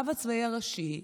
הרב הצבאי הראשי,